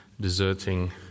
deserting